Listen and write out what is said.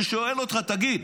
כשהוא שואל אותך: תגיד,